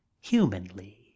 humanly